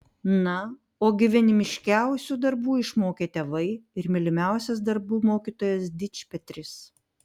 na o gyvenimiškiausių darbų išmokė tėvai ir mylimiausias darbų mokytojas dičpetris